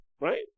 right